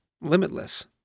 limitless